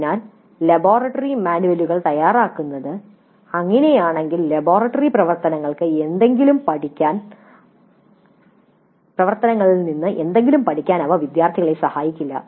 അതിനാൽ ലബോറട്ടറി മാനുവലുകൾ തയ്യാറാക്കുന്നത് അങ്ങനെയാണെങ്കിൽ ലബോറട്ടറി പ്രവർത്തനങ്ങളിൽ എന്തെങ്കിലും പഠിക്കാൻ അവ വിദ്യാർത്ഥികളെ സഹായിക്കില്ല